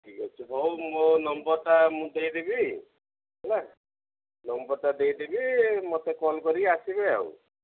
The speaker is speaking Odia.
ଠିକ୍ ଅଛି ହଉ ମୋ ନମ୍ବରଟା ମୁଁ ଦେଇଦେବି ହେଲା ନମ୍ବରଟା ଦେଇଦେବି ମତେ କଲ୍ କରିକି ଆସିବେ ଆଉ